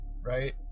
right